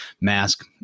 mask